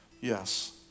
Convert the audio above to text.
Yes